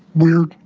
weird.